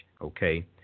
Okay